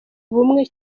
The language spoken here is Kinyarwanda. bumwe